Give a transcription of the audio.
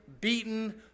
beaten